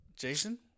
Jason